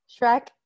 Shrek